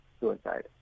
suicide